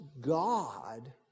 God